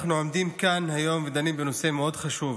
אנחנו עומדים כאן היום ודנים בנושא מאוד חשוב,